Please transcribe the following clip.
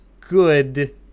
good